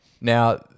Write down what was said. Now